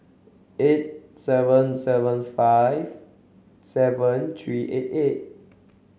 eight seven seven five seven three eight eight